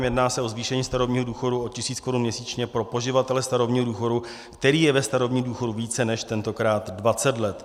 Jedná se o zvýšení starobního důchodu o tisíc korun měsíčně pro poživatele starobního důchodu, který je ve starobním důchodu více než tentokrát 20 let.